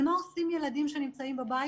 אבל מה עושים עם ילדים שנמצאים בבית